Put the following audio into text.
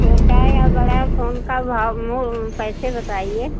छोटा या बड़ा फोन का भाव मो पैसे बताइए